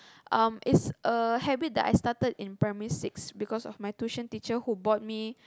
um it's a habit that I started in Primary six because of my tuition teacher who bought me